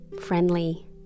friendly